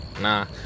nah